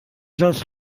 gleich